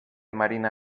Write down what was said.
marina